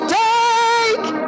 take